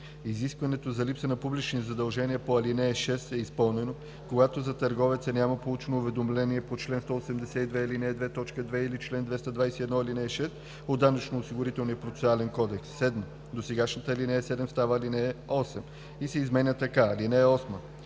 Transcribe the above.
Изискването за липса на публични задължения по ал. 6 е изпълнено, когато за търговеца няма получено уведомление по чл. 182, ал. 2, т. 2 или чл. 221, ал. 6 от Данъчно-осигурителния процесуален кодекс.“ 7. Досегашната ал. 7 става ал. 8 и се изменя така: „(8)